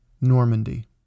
Normandy